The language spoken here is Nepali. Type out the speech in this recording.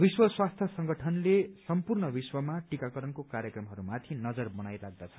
विश्व स्वास्थ्य संगठनले सम्पूर्ण विश्वमा टिकाकरणको कार्यक्रमहरूमाथि नजर बनाइ राख्दछ